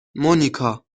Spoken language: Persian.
مونیکا